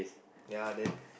ya then